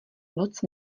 noc